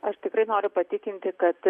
aš tikrai noriu patikinti kad